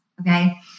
okay